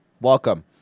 welcome